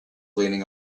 leaning